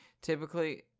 Typically